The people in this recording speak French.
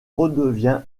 redevient